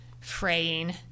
fraying